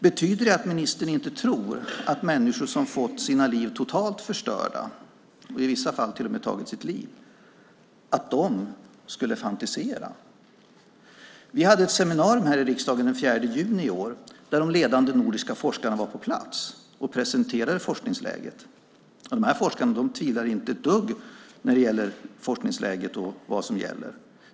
Betyder det att ministern tror att människor som fått sina liv totalt förstörda, och i vissa fall till och med tagit sitt liv, skulle fantisera? Vi hade ett seminarium här i riksdagen den 4 juni i år där de ledande nordiska forskarna var på plats och presenterade forskningsläget. De forskarna tvivlar inte ett dugg när det gäller forskningsläget.